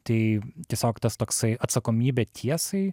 tai tiesiog tas toksai atsakomybė tiesai